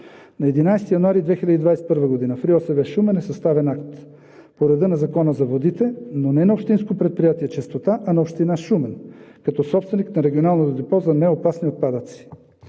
На 11 януари 2021 г. в РИОСВ – Шумен, е съставен акт по реда на Закона за водите, но не на Общинско предприятие „Чистота“, а на Община Шумен, като собственик на регионално депо за неопасни отпадъци,